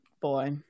boy